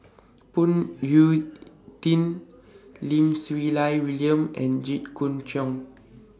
Phoon Yew Tien Lim Siew Lai William and Jit Koon Ch'ng